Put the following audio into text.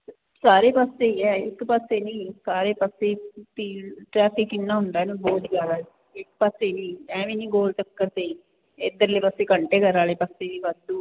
ਸਾਰੇ ਪਾਸੇ ਹੀ ਹ ਇੱਕ ਪਾਸੇ ਨੀ ਸਾਰੇ ਪਾਸੇ ਭੀੜ ਟਰੈਫਿਕ ਨਾ ਹੁੰਦਾ ਨਾ ਬਹੁਤ ਜਿਆਦਾ ਇੱਕ ਪਾਸੇ ਵੀ ਐਵੇਂ ਨਹੀਂ ਗੋਲ ਚੱਕਰ ਤੇ ਇਧਰਲੇ ਪਾਸੇ ਘੰਟੇ ਘਰ ਵਾਲੇ ਪਾਸੇ ਵੀ ਵਾਧੂ